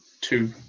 two